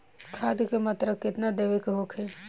खाध के मात्रा केतना देवे के होखे?